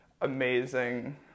amazing